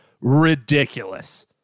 ridiculous